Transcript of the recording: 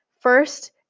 First